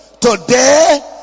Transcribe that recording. today